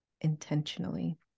intentionally